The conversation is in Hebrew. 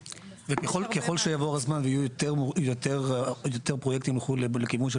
וככל שיעבור הזמן ויהיו יותר פרויקטים ילכו לכיוון של